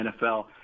nfl